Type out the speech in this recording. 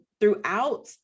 throughout